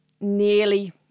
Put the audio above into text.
nearly